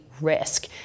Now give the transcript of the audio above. risk